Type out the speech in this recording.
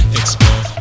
explore